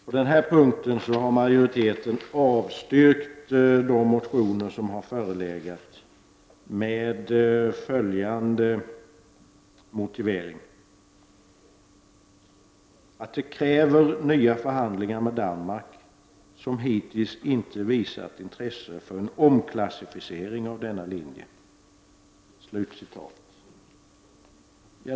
På denna punkt har majoriteten avstyrkt de motioner som har förelegat med motiveringen att det ”kräver nya förhandlingar med Danmark, som hittills inte visat intresse för en omklassificering av denna linje”.